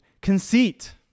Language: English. Conceit